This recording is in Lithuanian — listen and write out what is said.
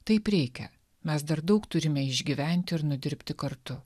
taip reikia mes dar daug turime išgyventi ir nudirbti kartu